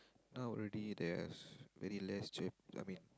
now already there's very less I mean